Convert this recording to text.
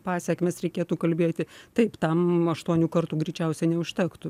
pasekmes reikėtų kalbėti taip tam aštuonių kartų greičiausia neužtektų